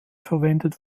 verwendet